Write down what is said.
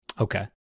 okay